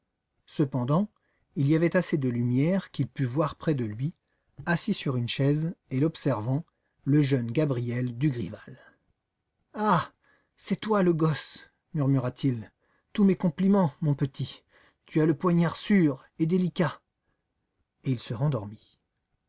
cependant il y avait assez de lumière pour qu'il pût voir près de lui assis sur une chaise et l'observant le jeune gabriel dugrival ah c'est toi le gosse murmura-t-il tous mes compliments mon petit tu as le poignard sûr et délicat et il se rendormit